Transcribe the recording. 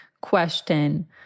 question